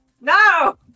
no